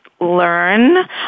learn